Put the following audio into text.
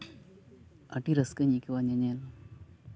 ᱟᱹᱰᱤ ᱨᱟᱹᱥᱠᱟᱹᱧ ᱟᱹᱭᱠᱟᱹᱣᱟ ᱧᱮᱧᱮᱞ